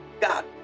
God